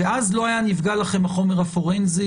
ואז לא היה נפגע לכם החומר הפורנזי,